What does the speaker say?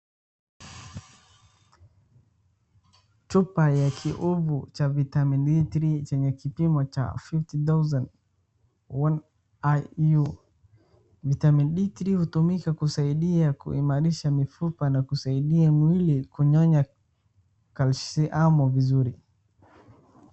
Chupa ya kiovu cha vitamin D3 chenye kipimo cha fifty thousand IU . Vitamin D3 hutumika kusaidia kuimarisha mifupa na kusaidia mwili kunyonya calciamu vizuri.